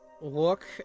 look